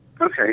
Okay